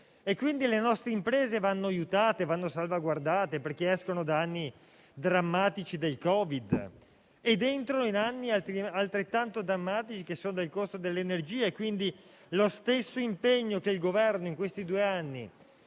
misure. Le nostre imprese vanno aiutate e salvaguardate perché escono dagli anni drammatici del Covid ed entrano in anni altrettanto drammatici a causa del costo dell'energia. Lo stesso impegno che il Governo ha messo nei due anni